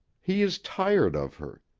he is tired of her.